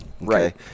right